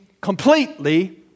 completely